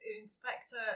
Inspector